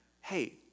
hey